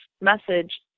message